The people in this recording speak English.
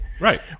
Right